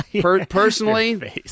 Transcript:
personally